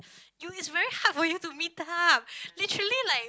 you is very hard for you to meet up literally like